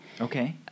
Okay